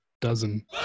dozen